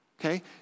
okay